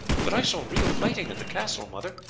but i saw real fighting at the castle, mother,